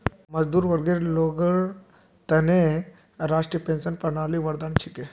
मजदूर वर्गर लोगेर त न राष्ट्रीय पेंशन प्रणाली वरदान छिके